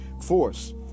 force